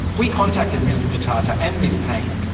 we contacted mr detata and ms payne.